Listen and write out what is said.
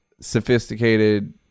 sophisticated